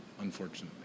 unfortunately